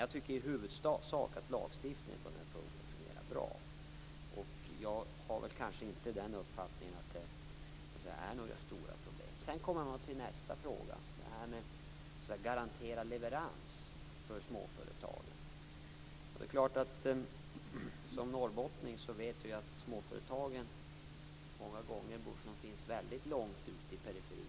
Jag tycker i huvudsak att lagstiftningen på den här punkten fungerar bra. Jag har kanske inte den uppfattningen att det är stora problem. Sedan kommer man till den andra frågan, att garantera leveranser för småföretagen. Som norrbottningar vet vi att småföretagen många gånger finns långt ute i periferin.